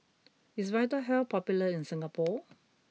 is Vitahealth popular in Singapore